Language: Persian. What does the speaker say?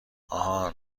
آهان